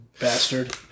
bastard